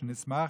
שנשמח,